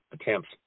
attempts